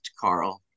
carl